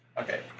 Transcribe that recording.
Okay